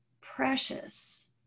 precious